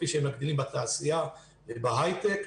כפי שמגדילים בתעשייה ובהיי-טק,